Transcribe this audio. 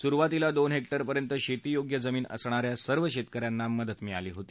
सुरुवातीला दोन हस्टिरपर्यंत शर्तीशेष्य जमीन असणाऱ्या सर्व शक्किन्यांना मदत मिळाली होती